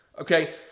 Okay